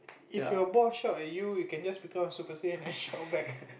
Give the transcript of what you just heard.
if your boss shout at you can just become a super Saiyan and shout back